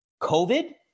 COVID